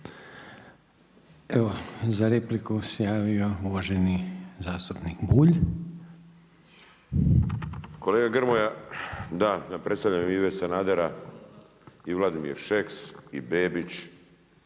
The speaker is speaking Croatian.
Evo, za repliku se javio uvaženi zastupnik Bulj. **Bulj, Miro (MOST)** Kolega Grmoja, da na predstavljanju Ive Sanadera i Vladimir Šeks i Bebić,